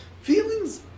Feelings